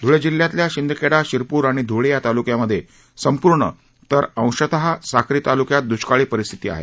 ध्ळे जिल्ह्यातील शिंदखेडा शिरप्र आणि ध्ळे या ताल्क्यांमध्ये संपूर्ण तर अंशत साक्री ताल्क्यात द्ष्काळी परिस्थिती आहे